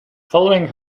following